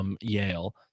Yale